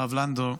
הרב לנדו,